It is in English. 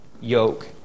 yoke